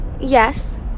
Yes